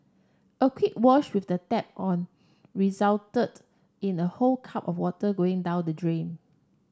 a quick wash with the tap on resulted in a whole cup of water going down the drain